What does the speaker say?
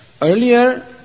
Earlier